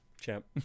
Champ